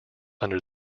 under